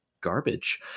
garbage